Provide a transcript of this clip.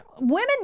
women